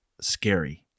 scary